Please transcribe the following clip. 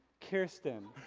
kirsten,